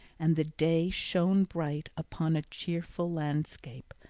and the day shone bright upon a cheerful landscape,